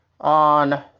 on